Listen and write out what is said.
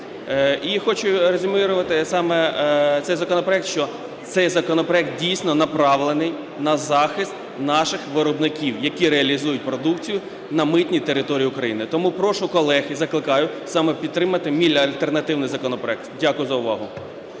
І хочу резюмувати саме цей законопроект, що цей законопроект дійсно направлений на захист наших виробників, які реалізують продукцію на митній території України. Тому прошу колег і закликаю саме підтримати мій альтернативний законопроект. Дякую.